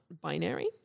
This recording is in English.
binary